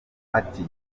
ati